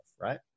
right